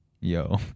Yo